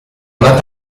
una